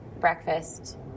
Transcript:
breakfast